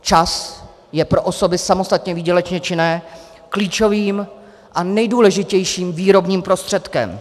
Čas je pro osoby samostatně výdělečně činné klíčovým a nejdůležitějším výrobním prostředkem.